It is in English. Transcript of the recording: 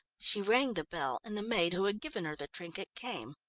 she rang the bell, and the maid who had given her the trinket came.